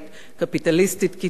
קפיטליסטית קיצונית,